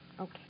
Okay